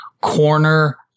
corner